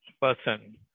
person